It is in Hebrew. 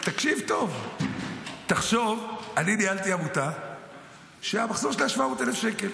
תקשיב טוב: תחשוב שאני ניהלתי עמותה שהמחזור שלה היה 700,000 שקל.